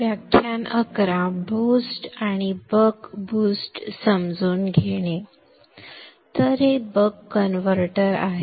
तर हे BUCK converter आहे